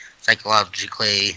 psychologically